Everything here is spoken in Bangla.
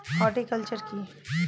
হর্টিকালচার কি?